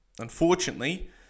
unfortunately